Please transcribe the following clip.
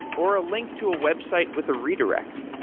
or a link to a website with a redirect.